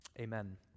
amen